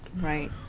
Right